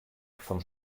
vom